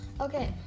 Okay